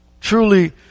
Truly